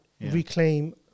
reclaim